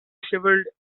shriveled